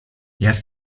jak